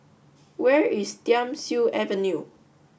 where is Thiam Siew Avenue